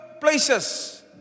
places